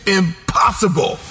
impossible